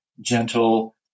gentle